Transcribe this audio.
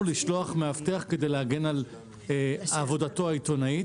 לשלוח מאבטח כדי להגן על עבודתו העיתונאית.